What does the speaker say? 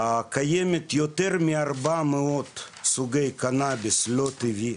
קיימים יותר מ-400 קנביס לא טבעי.